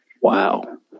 Wow